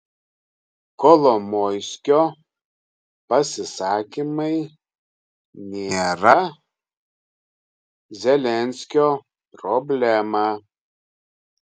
kolomoiskio pasisakymai nėra zelenskio problema